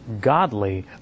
godly